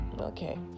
Okay